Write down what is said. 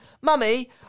Mummy